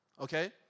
Okay